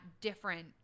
different